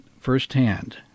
firsthand